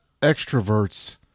extroverts